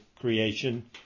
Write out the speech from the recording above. creation